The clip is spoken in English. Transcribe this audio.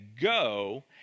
go